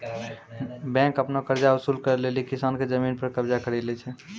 bank आपनो कर्जा वसुल करै लेली किसान के जमिन पर कबजा करि लै छै